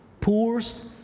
Poor's